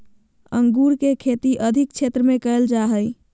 अंगूर के खेती अधिक क्षेत्र में कइल जा हइ